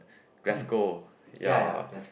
Glasgow ya